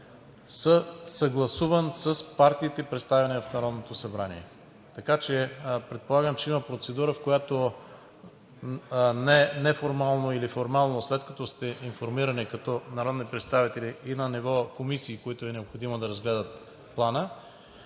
съгласуван с партиите, представени в Народното събрание. Предполагам, че има процедура, в която неформално или формално, след като сте информирани като народни представители и на ниво комисии, които е необходимо да разгледат Плана,